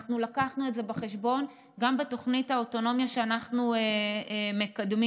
הבאנו את זה בחשבון גם בתוכנית האוטונומיה שאנחנו מקדמים.